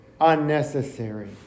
unnecessary